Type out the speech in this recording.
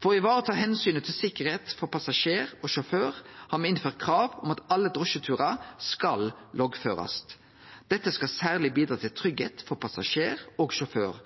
For å vareta omsynet til tryggleik for passasjer og sjåfør har me innført eit krav om at alle drosjeturar skal loggførast. Dette skal særleg bidra til tryggleik for passasjer og sjåfør